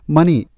Money